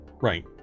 Right